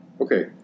Okay